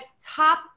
top